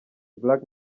black